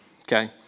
Okay